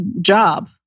job